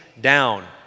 down